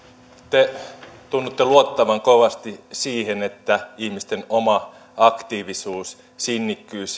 te tunnutte luottavan kovasti siihen että ihmisten oma oma aktiivisuus sinnikkyys